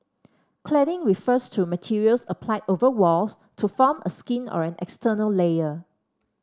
cladding refers to materials applied over walls to form a skin or an external layer